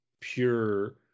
pure